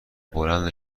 بلند